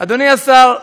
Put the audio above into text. אדוני השר,